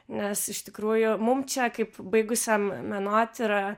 nes iš tikrųjų mum čia kaip baigusiam menotyrą